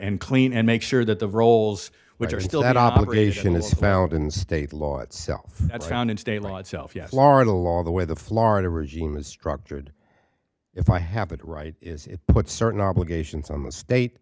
and clean and make sure that the rolls which are still at operation is found in state law itself that's found in state law itself yet laura law the way the florida regime is structured if i have it right is it puts certain obligations on the state